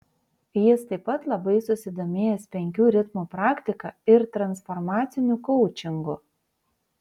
jis taip pat labai susidomėjęs penkių ritmų praktika ir transformaciniu koučingu